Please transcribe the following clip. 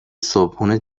صبحونه